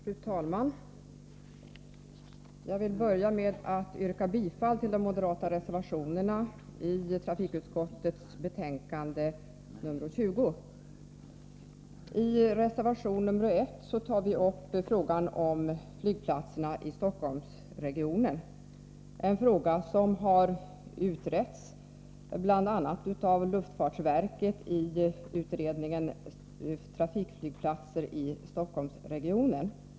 Fru talman! Jag vill börja med att yrka bifall till de moderata reservationerna i trafikutskottets betänkande 20. I reservation 1 tar vi upp frågan om flygplatserna i Stockholmsregionen — en fråga som har utretts bl.a. av luftfartsverket i utredningen om trafikflygplatser i Stockholmsregionen.